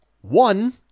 One